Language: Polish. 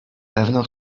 pewno